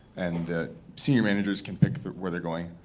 and the senior managers can pick where they're going.